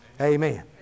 Amen